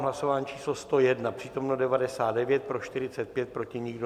Hlasování číslo 101, přítomno 99, pro 45, proti nikdo.